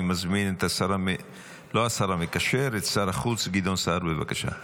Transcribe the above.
אני מזמין את שר החוץ גדעון סער, בבקשה.